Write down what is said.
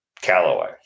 Callaway